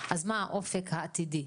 מה האופק העתידי,